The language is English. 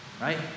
Right